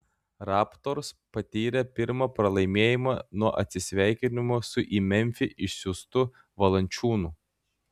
raptors patyrė pirmą pralaimėjimą nuo atsisveikinimo su į memfį išsiųstu valančiūnu